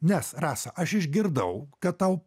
nes rasa aš išgirdau kad tau